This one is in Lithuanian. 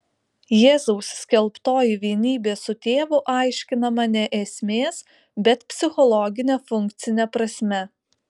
jėzaus skelbtoji vienybė su tėvu aiškinama ne esmės bet psichologine funkcine prasme